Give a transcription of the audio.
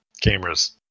cameras